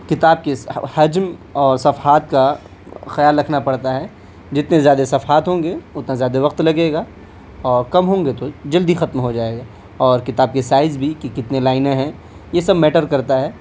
کتاب کے اس حجم اور صفحات کا خیال رکھنا پڑتا ہے جتنے زیادہ صفحات ہوں گے اتنا زیادہ وقت لگے گا اور کم ہوں گے تو جلدی ختم ہو جائے گا اور کتاب کی سائز بھی کہ کتنے لائینیں ہیں یہ سب میٹر کرتا ہے